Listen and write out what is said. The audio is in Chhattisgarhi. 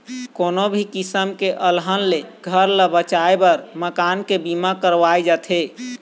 कोनो भी किसम के अलहन ले घर ल बचाए बर मकान के बीमा करवाए जाथे